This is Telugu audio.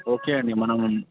ఓకే అండి మనం